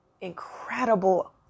incredible